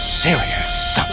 serious